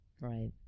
Right